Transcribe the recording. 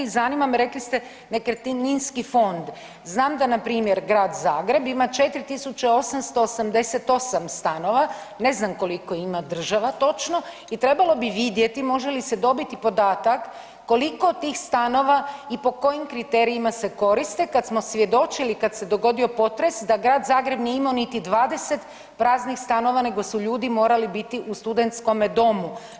Zanima me, rekli ste, nekretninski fond, znam da npr. grad Zagreb ima 4888 stanova, ne znam koliko ima država točno i trebalo bi vidjeti može li se dobiti podatak koliko tih stanova i po kojim kriterijima se koriste, kad smo svjedočili, kad se dogodio potres, da grad Zagreb nije imao niti 20 praznih stanova nego su ljudi morali biti u studentskome domu.